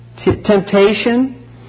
Temptation